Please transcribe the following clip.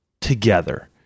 together